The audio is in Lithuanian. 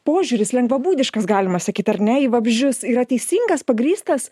požiūris lengvabūdiškas galima sakyti ar ne į vabzdžius yra teisingas pagrįstas